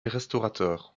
restaurateur